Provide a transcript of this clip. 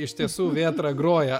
iš tiesų vėtra groja